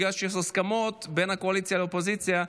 בגלל שיש הסכמות בין הקואליציה לקואליציה,